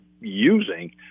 using